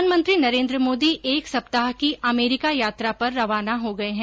प्रधानमंत्री नरेन्द्र मोदी एक सप्ताह की अमेरीका यात्रा पर रवाना हो गये है